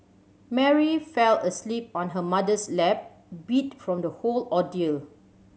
Mary fell asleep on her mother's lap beat from the whole ordeal